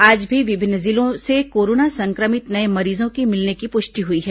आज भी विभिन्न जिलों से कोरोना संक्रमित नये मरीजों के मिलने की पुष्टि हुई है